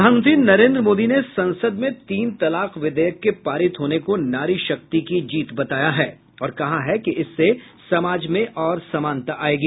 प्रधानमंत्री नरेन्द्र मोदी ने संसद में तीन तलाक विधेयक के पारित होने को नारी शक्ति की जीत बताया है और कहा है कि इससे समाज में और समानता आयेगी